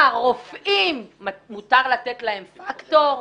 מה, לרופאים מותר לתת פקטור?